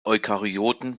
eukaryoten